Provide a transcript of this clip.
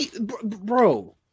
Bro